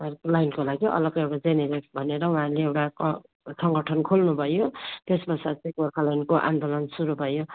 हरूको लाइनको लागि अलग्गै जिएनएलएफ भनेर उहाँले एउटा सङ्गठन खोल्नुभयो त्यस पश्चात चाहिँ गोर्खाल्यान्डको आन्दोलन सुरु भयो